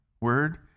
word